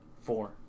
four